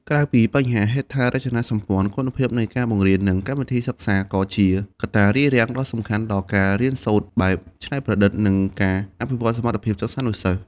ក្រៅពីបញ្ហាហេដ្ឋារចនាសម្ព័ន្ធ គុណភាពនៃការបង្រៀន និងកម្មវិធីសិក្សា ក៏ជាកត្តារារាំងដ៏សំខាន់ដល់ការរៀនសូត្របែបច្នៃប្រឌិត និងការអភិវឌ្ឍសមត្ថភាពសិស្សានុសិស្ស។